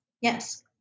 Yes